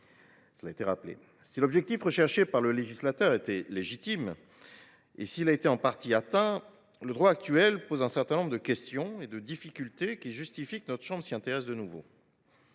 des organisateurs. Si l’objectif du législateur était légitime, et s’il a été en partie atteint, le droit actuel pose un certain nombre de questions et de difficultés qui justifient que notre chambre s’y intéresse de nouveau.